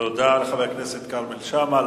תודה לחבר הכנסת כרמל שאמה.